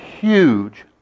huge